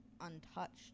untouched